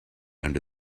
under